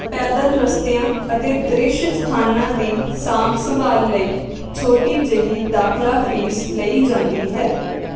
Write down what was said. ਪੈਦਲ ਰਸਤਿਆਂ ਅਤੇ ਦ੍ਰਿਸ਼ ਸਥਾਨਾਂ ਦੀ ਸਾਂਭ ਸੰਭਾਲ ਲਈ ਛੋਟੀ ਜਿਹੀ ਦਾਖਲਾ ਫੀਸ ਲਈ ਜਾਂਦੀ ਹੈ